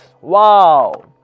Wow